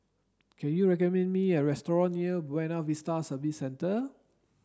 can you recommend me a restaurant near Buona Vista Service Centre